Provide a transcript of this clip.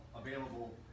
available